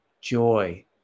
joy